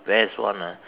best one ah